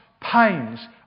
pains